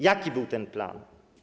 Jaki był ten plan?